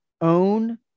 own